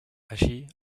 així